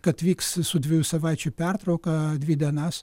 kad vyks su dviejų savaičių pertrauka dvi dienas